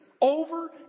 Over